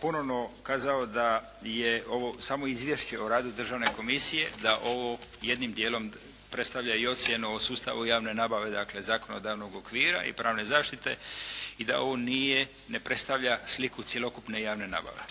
ponovno kazao da je ovo samo izvješće o radu Državne komisije, da ovo jednim dijelom predstavlja i ocjenu o sustavu javne nabave, dakle, zakonodavnog okvira i pravne zaštite i da ovo nije, ne predstavlja sliku cjelovite javne nabave.